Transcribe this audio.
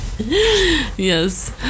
yes